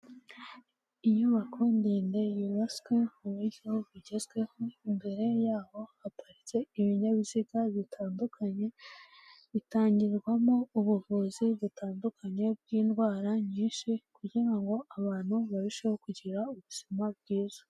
Inyubako ndende yubatswe muburyo bugezweho, mbere yaho haparitse ibinyabiziga bitandukanye, bitangirwamo ubuvuzi butandukanye bw'indwara nyinshi, kugira ngo abantu barusheho kugira ubuzima bwiza.